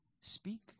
speak